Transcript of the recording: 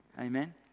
Amen